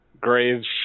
Graves